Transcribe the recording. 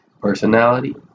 personality